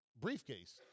briefcase